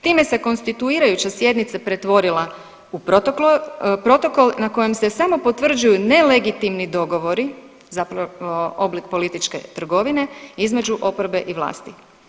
Time se konstituirajuća sjednica pretvorila u protokol na kojem se samo potvrđuju nelegitimni dogovori zapravo oblik političke trgovine između oporbe i vlasti.